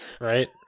right